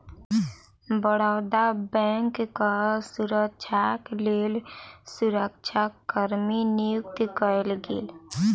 बड़ौदा बैंकक सुरक्षाक लेल सुरक्षा कर्मी नियुक्त कएल गेल